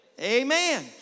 Amen